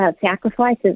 sacrifices